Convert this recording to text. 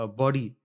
body